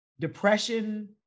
Depression